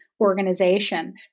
Organization